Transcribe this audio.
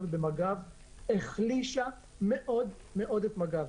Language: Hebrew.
ובמג"ב החלישה מאוד מאוד את מג"ב.